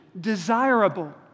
desirable